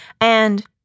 And-